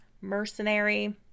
mercenary